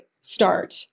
start